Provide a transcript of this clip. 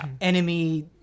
enemy